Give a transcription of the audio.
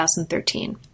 2013